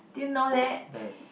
do you know that